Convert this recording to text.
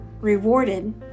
rewarded